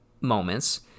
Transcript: moments